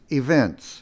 events